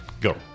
Go